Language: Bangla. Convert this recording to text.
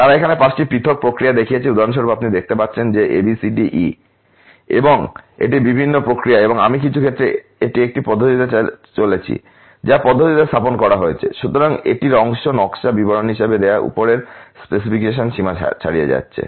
তারা এখানে পাঁচটি পৃথক প্রক্রিয়া দেখিয়েছে উদাহরণস্বরূপ আপনি দেখতে পাচ্ছেন এটি B C D E a b c d e এবং এটি বিভিন্ন প্রক্রিয়া এবং আমি কিছু ক্ষেত্রে এটি একটি পদ্ধতিতে চলেছি যা একটি পদ্ধতিতে স্থাপন করা হয়েছে সুতরাং এটির অংশটি নকশা বিবরণ হিসাবে দেওয়া উপরের স্পেসিফিকেশন সীমা ছাড়িয়ে যাচ্ছে